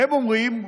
הם אומרים,